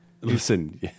Listen